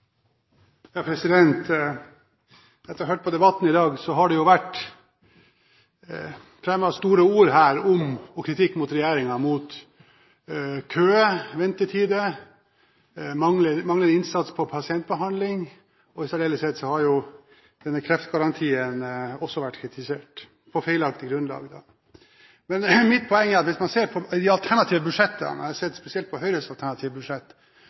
debatten i dag har det vært brukt store ord og fremmet kritikk mot regjeringen – mot køer, ventetider og manglende innsats når det gjelder pasientbehandling. I særdeleshet har kreftgarantien vært kritisert – på feilaktig grunnlag. Mitt poeng er at hvis man ser på de alternative budsjettene – jeg har sett spesielt på Høyres alternative budsjett